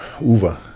Uva